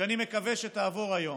שאני מקווה שתעבור היום.